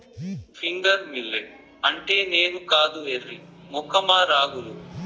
finger millet అంటే నేను కాదు ఎర్రి మొఖమా రాగులు